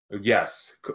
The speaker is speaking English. Yes